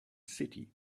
city